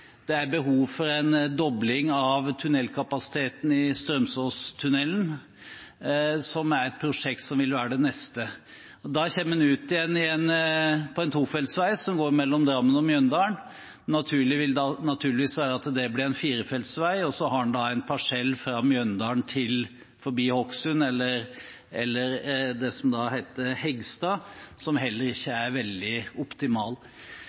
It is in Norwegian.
det er behov for en dobling av tunnelkapasiteten i Strømsåstunnelen, som vil være det neste prosjektet. Da kommer en ut på en tofelts vei som går mellom Drammen og Mjøndalen, og det naturlige ville være at det ble en firefelts vei. Så er det en parsell fra Mjøndalen til forbi Hokksund, eller til det som heter Hegstad, som heller ikke er veldig